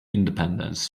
independence